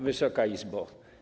Wysoka Izbo!